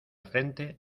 frente